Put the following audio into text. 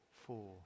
four